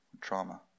trauma